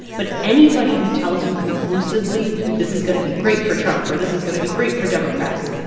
but anybody who tells you conclusively, this is going to be great for trump or this is going to be great for democrats,